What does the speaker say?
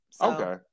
okay